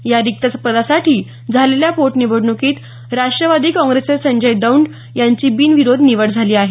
या रिक्त पदासाठी झालेल्या पोटनिवडणुकीत राष्ट्रवादी काँग्रेसचे संजय दौंड यांची बिनविरोध निवड झाली आहे